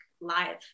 live